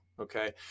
okay